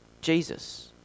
Jesus